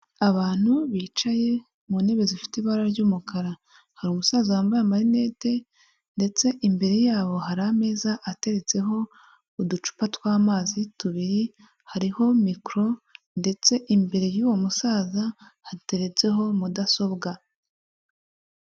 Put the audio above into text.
Abantu bicaye mu ntebe zifite ibara ry'umukara. Hari umusaza wambaye amarinete ndetse imbere yabo, hari ameza ateretseho uducupa tw'amazi tubiri, hariho mikoro ndetse imbere y'uwo musaza, hateretseho mudasobwa.